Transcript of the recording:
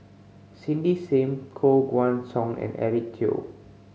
Cindy Sim Koh Guan Song and Eric Teo